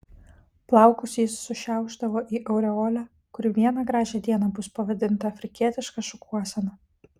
plaukus jis sušiaušdavo į aureolę kuri vieną gražią dieną bus pavadinta afrikietiška šukuosena